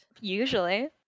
Usually